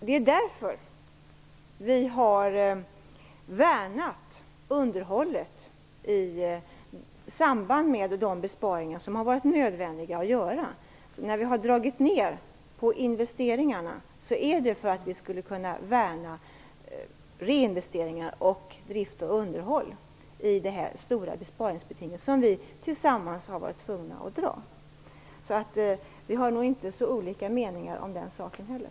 Det är därför vi i samband med de besparingar som har varit nödvändiga att göra har värnat underhållet. Vi har i det stora besparingsbeting som vi tillsammans har varit tvungna att genomföra dragit ner på investeringarna för att kunna värna reinvesteringar och drift och underhåll. Så vi har nog inte så olika meningar heller om den saken.